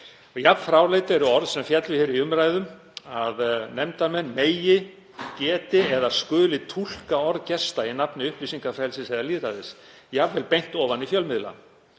Jafn fráleit eru orð sem féllu hér í umræðum að nefndarmenn megi, geti eða skuli túlka orð gesta í nafni upplýsingafrelsis eða lýðræðis, jafnvel beint ofan í fjölmiðla.